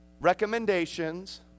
recommendations